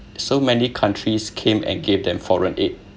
so many countries came and gave them foreign aid